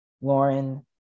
Lauren